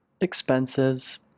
expenses